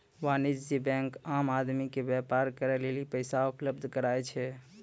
वाणिज्यिक बेंक आम आदमी के व्यापार करे लेली पैसा उपलब्ध कराय छै